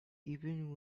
even